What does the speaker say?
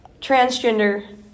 transgender